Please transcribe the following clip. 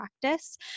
practice